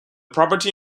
property